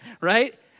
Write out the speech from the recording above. right